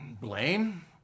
Blame